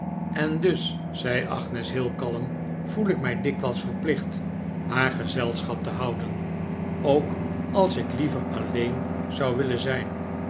en dus zei agnes heel kalm voel ik mij dikwijls vermijn tante geeft een uiteenzetting plicht haar gezelschap te houden ook als ik liever alleen zou willen zijn